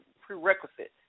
prerequisite